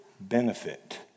benefit